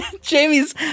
Jamie's